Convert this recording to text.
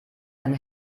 einen